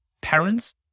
parents